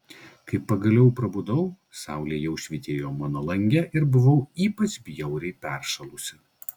kai pagaliau prabudau saulė jau švytėjo mano lange ir buvau ypač bjauriai peršalusi